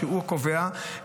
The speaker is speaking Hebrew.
שהוא קובע,